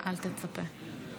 אל תצפה.